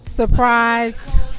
Surprised